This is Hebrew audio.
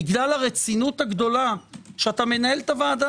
בגלל הרצינות הגדולה שאתה מנהל את הוועדה